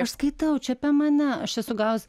aš skaitau čia apie mane aš esu gavus